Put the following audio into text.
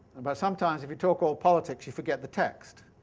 but sometimes if you talk all politics you forget the text,